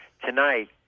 tonight